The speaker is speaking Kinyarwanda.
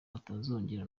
utazongera